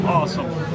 awesome